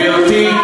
גברתי,